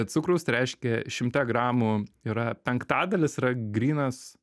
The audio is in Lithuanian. cukraus tai reiškia šimte gramų yra penktadalis yra grynas